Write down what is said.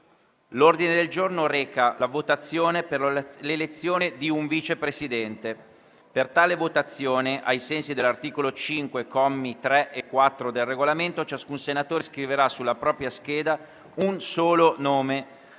L'ordine del giorno reca: «Votazione per l'elezione di un Vice Presidente del Senato». Per tale votazione, ai sensi dell'articolo 5, commi 3 e 4, del Regolamento, ciascun senatore scriverà sulla propria scheda un nome.